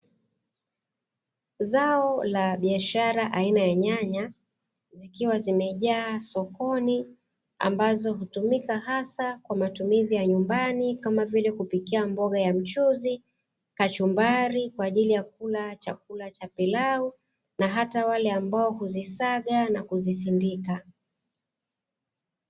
Zao la biashara aina ya nyanya zikiwa zimejaa sokoni, ambazo hutumika hasa kwa matumizi ya nyumbani, kama vile kupikia mboga ya mchuzi, kachumbari kwa ajili ya kula chakula cha pilau, na hata wale ambao huzisaga na kuzisindika.